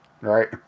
right